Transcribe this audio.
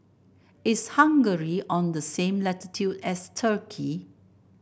is Hungary on the same latitude as Turkey